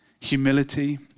Humility